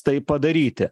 tai padaryti